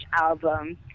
album